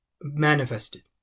manifested